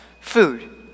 food